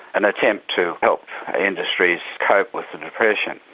an attempt to help industries cope with the depression,